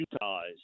ties